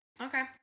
Okay